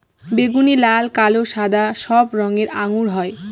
বেগুনি, লাল, কালো, সাদা সব রঙের আঙ্গুর হয়